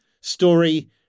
story